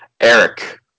Eric